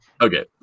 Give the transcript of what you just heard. Okay